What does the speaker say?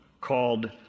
called